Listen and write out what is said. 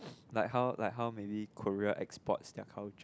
like how like how maybe Korea exports their culture